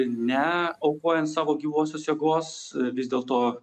ne aukojant savo gyvosios jėgos vis dėlto